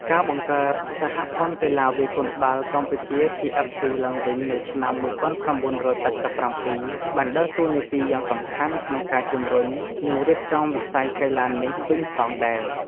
ការបង្កើត សហព័ន្ធកីឡាវាយកូនបាល់កម្ពុជា TFC ឡើងវិញនៅឆ្នាំ ១៩៨៧ បានដើរតួនាទីយ៉ាងសំខាន់ក្នុងការជំរុញ និងរៀបចំវិស័យកីឡានេះវិញផងដែរ។